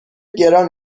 گران